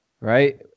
right